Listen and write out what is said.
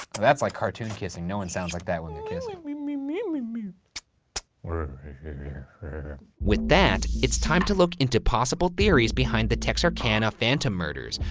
that's like cartoon kissing. no one sounds like that when they kiss. i mean yeah with that, it's time to look into possible theories behind the texarkana phantom murders,